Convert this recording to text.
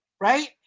right